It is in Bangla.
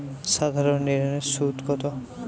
সাধারণ ঋণের সুদ কত?